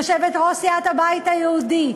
יושבת-ראש סיעת הבית היהודי,